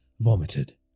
vomited